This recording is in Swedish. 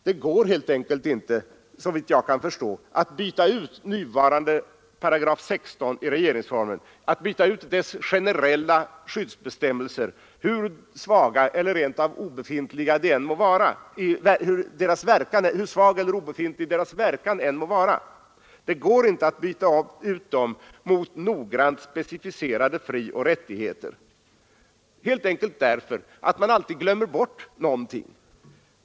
Såvitt jag kan förstå går det helt enkelt inte att byta ut nuvarande 16 § regeringsformen i vad gäller dess generella skyddsbestämmelser, hur svag eller obefintlig deras verkan än må vara, mot noggrant specificerade frioch rättigheter — helt enkelt därför att man alltid glömmer bort någonting.